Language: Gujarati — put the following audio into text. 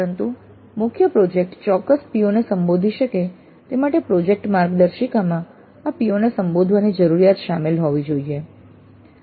પરંતુ મુખ્ય પ્રોજેક્ટ ચોક્કસ PO ને સંબોધી શકે તે માટે પ્રોજેક્ટ માર્ગદર્શિકામાં આ PO ને સંબોધવાની જરૂરિયાત શામેલ હોવી જોઈએ